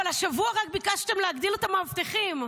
אבל השבוע רק ביקשתם להגדיל את המאבטחים.